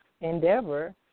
endeavor